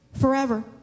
forever